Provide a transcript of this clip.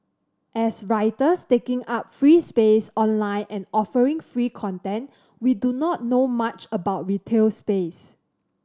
as writers taking up free space online and offering free content we do not know much about retail space